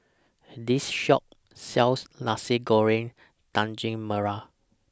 This Shop sells Nasi Goreng Daging Merah